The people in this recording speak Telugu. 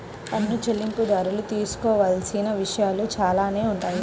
పన్ను చెల్లింపుదారులు తెలుసుకోవాల్సిన విషయాలు చాలానే ఉంటాయి